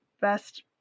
best